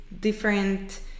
different